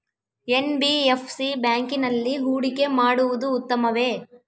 NBFC ಬ್ಯಾಂಕಿನಲ್ಲಿ ಹೂಡಿಕೆ ಮಾಡುವುದು ಉತ್ತಮವೆ?